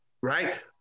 right